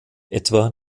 etwa